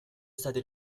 stati